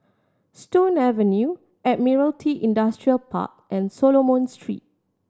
Stone Avenue Admiralty Industrial Park and Solomon Street